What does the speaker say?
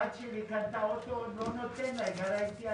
הבת שלי קנתה אוטו, אני לא נותן לה, היא גרה איתי.